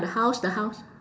the house the house